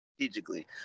Strategically